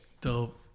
Dope